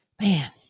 man